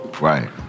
Right